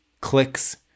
clicks